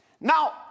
Now